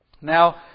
Now